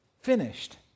finished